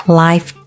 life